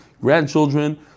grandchildren